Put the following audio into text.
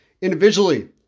Individually